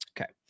okay